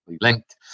linked